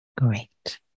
Great